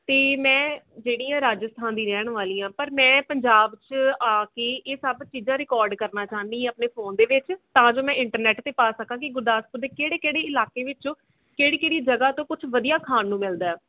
ਅਤੇ ਮੈਂ ਜਿਹੜੀ ਹਾਂ ਰਾਜਸਥਾਨ ਦੀ ਰਹਿਣ ਵਾਲੀ ਹਾਂ ਪਰ ਮੈਂ ਪੰਜਾਬ 'ਚ ਆ ਕੇ ਇਹ ਸਭ ਚੀਜ਼ਾਂ ਰਿਕੋਡ ਕਰਨਾ ਚਾਹੁੰਦੀ ਹਾਂ ਆਪਣੇ ਫੋਨ ਦੇ ਵਿੱਚ ਤਾਂ ਜੋ ਮੈਂ ਇੰਟਰਨੈਟ 'ਤੇ ਪਾ ਸਕਾਂ ਕਿ ਗੁਰਦਾਸਪੁਰ ਦੇ ਕਿਹੜੇ ਕਿਹੜੇ ਇਲਾਕੇ ਵਿੱਚੋਂ ਕਿਹੜੀ ਕਿਹੜੀ ਜਗ੍ਹਾ ਤੋਂ ਕੁਛ ਵਧੀਆ ਖਾਣ ਨੂੰ ਮਿਲਦਾ ਹੈ